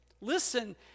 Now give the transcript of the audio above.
Listen